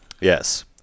Yes